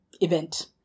event